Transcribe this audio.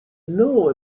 know